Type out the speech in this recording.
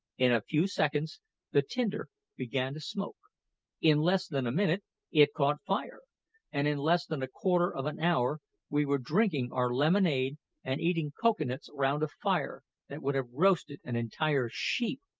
in a few seconds the tinder began to smoke in less than a minute it caught fire and in less than a quarter of an hour we were drinking our lemonade and eating cocoa-nuts round a fire that would have roasted an entire sheep,